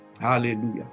Hallelujah